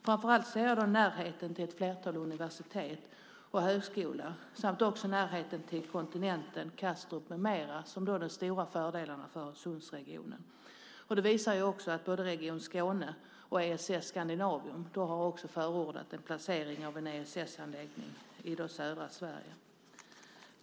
Framför allt ser jag närheten till ett flertal universitet och högskolor samt också närheten till kontinenten, Kastrup med mera som de stora fördelarna för Öresundsregionen. Och både region Skåne och ESS-Scandinavia har ju också förordat en placering av en ESS-anläggning i södra Sverige.